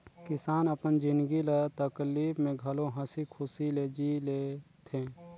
किसान अपन जिनगी ल तकलीप में घलो हंसी खुशी ले जि ले थें